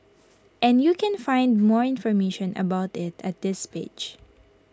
and you can find more information about IT at this page